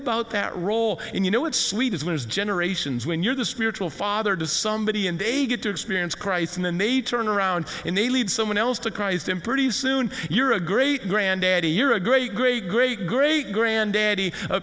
about that role you know it's sweet as well as generations when you're the spiritual father to somebody and they get to experience christ and then they turn around and they lead someone else to christ and pretty soon you're a great granddaddy you're a great great great great granddaddy